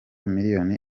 miliyoni